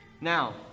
Now